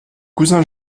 cousin